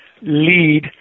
lead